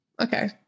Okay